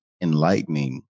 enlightening